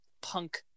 punk